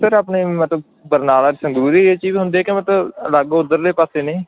sir ਆਪਣੇ ਮਤਲਬ Barnala Sangrur area 'ਚ ਵੀ ਹੁੰਦੇ ਮਤਲਬ ਅਲੱਗ ਉਧਰਲੇ ਪਾਸੇ ਨੇ